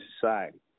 society